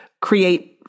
create